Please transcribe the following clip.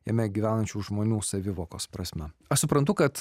jame gyvenančių žmonių savivokos prasme aš suprantu kad